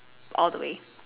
all the way